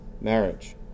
marriage